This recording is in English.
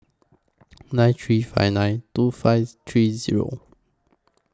nine three five nine two five three Zero